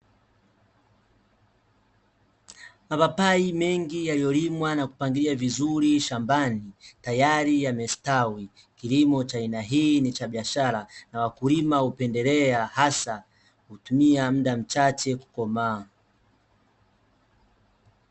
Mapapai mengi yaliyolimwa na kupangiliwa vizuri shambani, tayari yamestawi. Kilimo cha aina hii ni cha biashara, na wakulima hupendelea hasa, hutumia mda mchache kukomaa.